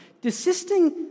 Desisting